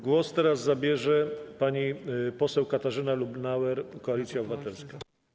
Głos teraz zabierze pani poseł Katarzyna Lubnauer, Koalicja Obywatelska.